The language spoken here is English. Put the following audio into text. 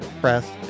press